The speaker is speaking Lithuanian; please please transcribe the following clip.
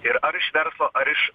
ir ar iš verslo ar iš